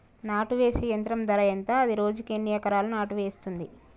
నాటు వేసే యంత్రం ధర ఎంత? అది రోజుకు ఎన్ని ఎకరాలు నాటు వేస్తుంది?